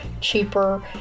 cheaper